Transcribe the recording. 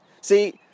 See